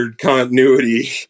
continuity